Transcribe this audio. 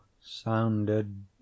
sounded